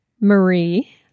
Marie